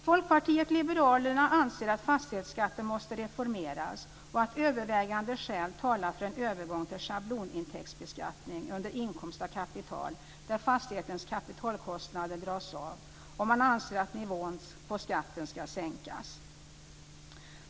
Folkpartiet liberalerna anser att fastighetsskatten måste reformeras och att övervägande skäl talar för en övergång till en schablonintäktsbeskattning under inkomst av kapital där fastighetens kapitalkostnader dras av, och man anser att nivån på skatten ska sänkas.